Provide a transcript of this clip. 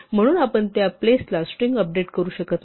म्हणून आपण त्या प्लेसला स्ट्रिंग अपडेट करू शकत नाही